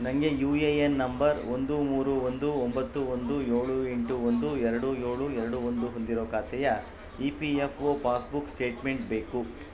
ನನಗೆ U A N number ಒಂದು ಮೂರು ಒಂದು ಒಂಬತ್ತು ಒಂದು ಏಳು ಎಂಟು ಒಂದು ಎರಡು ಏಳು ಎರಡು ಒಂದು ಹೊಂದಿರೋ ಖಾತೆಯ E P F O passbook statement ಬೇಕು